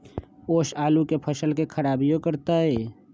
ओस आलू के फसल के खराबियों करतै?